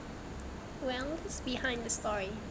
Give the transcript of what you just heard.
well it's behind the story